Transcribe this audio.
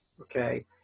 okay